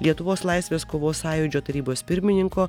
lietuvos laisvės kovos sąjūdžio tarybos pirmininko